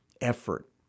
effort